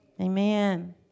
Amen